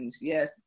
Yes